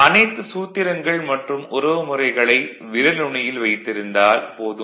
அனைத்து சூத்திரங்கள் மற்றும் உறவுமுறைகளை விரல் நுனியில் வைத்திருந்தால் போதும்